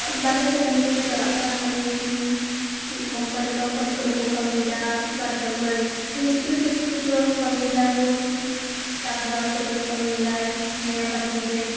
ᱵᱟᱨᱦᱮ ᱥᱮᱫ ᱠᱟᱹᱢᱤ ᱠᱩᱠᱩ ᱪᱟᱞᱟᱜ ᱠᱟᱱᱟ ᱠᱟᱹᱢᱤ ᱠᱚᱢᱯᱟᱹᱱᱤ ᱴᱚᱢᱯᱟᱹᱱᱤ ᱠᱚᱨᱮᱠᱩ ᱠᱟᱹᱢᱤᱭᱮᱫᱟ ᱵᱟᱨᱦᱮ ᱠᱚᱨᱮ ᱢᱤᱥᱛᱨᱤ ᱴᱤᱥᱛᱨᱤ ᱠᱚᱨᱮᱠᱩ ᱠᱟᱹᱢᱤᱭᱮᱫᱟᱠᱩ ᱪᱟᱥᱵᱟᱥ ᱠᱚᱨᱮᱠᱩ ᱠᱟᱹᱢᱤᱭᱮᱫᱟ ᱧᱮᱞᱫᱟᱠᱩ ᱡᱮ